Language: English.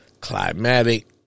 climatic